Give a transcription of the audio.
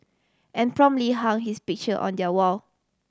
and promptly hung his picture on their wall